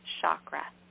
chakra